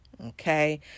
okay